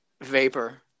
Vapor